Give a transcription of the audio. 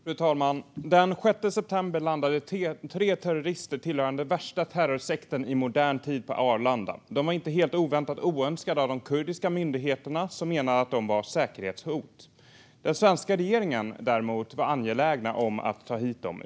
Fru talman! Den 6 september landade tre terrorister tillhörande den värsta terrorsekten i modern tid på Arlanda. De var inte helt oväntat oönskade av de kurdiska myndigheterna, som menar att de var ett säkerhetshot. Den svenska regeringen var däremot angelägen om att ta hit dem.